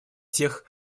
тех